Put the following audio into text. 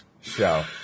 Show